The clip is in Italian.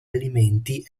alimenti